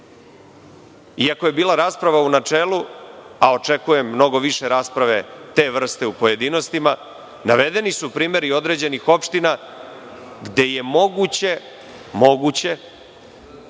je bila rasprava u načelu, a očekujem mnogo više rasprave te vrste u pojedinostima, navedeni su primeri određenih opština gde je moguće da je